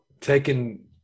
taking